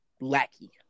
lackey